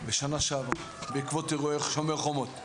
בשנה שעברה, בעקבות אירועי "שומר החומות".